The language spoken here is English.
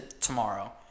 tomorrow